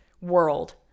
world